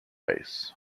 ice